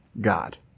God